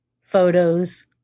photos